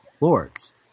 lords